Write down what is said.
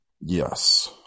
Yes